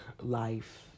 life